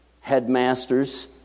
headmasters